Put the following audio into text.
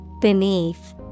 Beneath